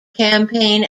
campaign